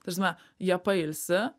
ta prasme jie pailsi